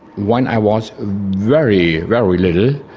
when i was very, very little,